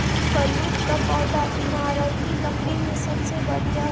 बलूत कअ पौधा इमारती लकड़ी में सबसे बढ़िया होला